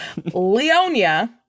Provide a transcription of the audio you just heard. Leonia